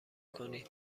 کنید